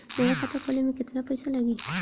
नया खाता खोले मे केतना पईसा लागि?